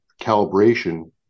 calibration